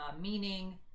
meaning